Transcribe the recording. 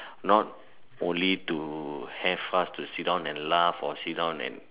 not only to have us to sit down and laugh or sit down and